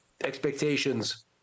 expectations